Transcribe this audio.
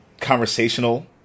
conversational